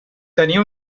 tenia